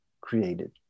created